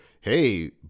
Hey